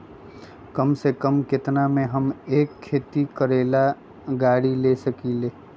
कम से कम केतना में हम एक खेती करेला गाड़ी ले सकींले?